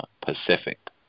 Pacific